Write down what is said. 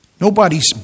Nobody's